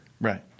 Right